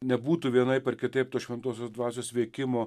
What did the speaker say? nebūtų vienaip ar kitaip to šventosios dvasios veikimo